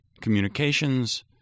communications